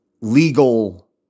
legal